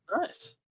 Nice